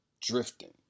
drifting